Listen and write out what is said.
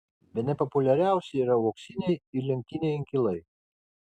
bene populiariausi yra uoksiniai ir lentiniai inkilai